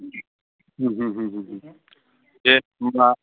देह होनबा